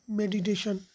meditation